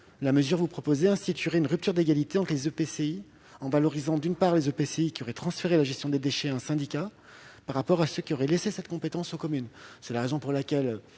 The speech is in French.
la mesure que vous proposez instituerait une rupture d'égalité entre les EPCI, en favorisant ceux qui ont transféré la gestion des déchets à un syndicat par rapport à ceux qui ont laissé cette compétence aux communes. C'est la raison pour laquelle